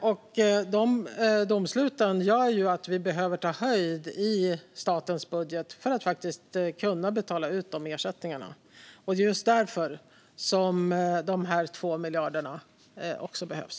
Dessa domslut gör att vi behöver ta höjd i statens budget för att faktiskt kunna betala ut dessa ersättningar. Det är just därför som dessa 2 miljarder behövs.